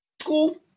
school